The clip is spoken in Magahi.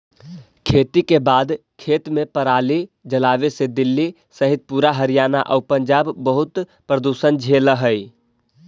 खेती के बाद खेत में पराली जलावे से दिल्ली सहित पूरा हरियाणा आउ पंजाब बहुत प्रदूषण झेलऽ हइ